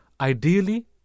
ideally